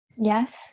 Yes